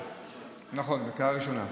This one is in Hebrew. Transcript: נכון, זו קריאה ראשונה.